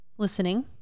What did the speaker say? Listening